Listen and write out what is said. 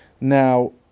Now